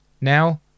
Now